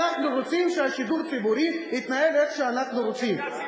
אנחנו רוצים שהשידור הציבורי יתנהל איך שאנחנו רוצים.